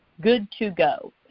good-to-go